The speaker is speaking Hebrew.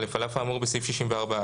(א) על אף האמור בסעיף 64א,